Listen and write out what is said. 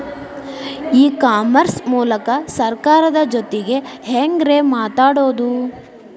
E commerce ಮೂಲಕ ಸರ್ಕಾರದ ಜೊತಿಗೆ ಹ್ಯಾಂಗ್ ರೇ ಮಾತಾಡೋದು?